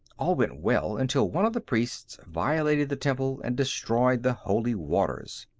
all went well until one of the priests violated the temple and destroyed the holy waters.